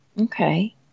Okay